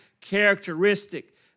characteristic